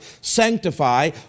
Sanctify